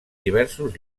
diversos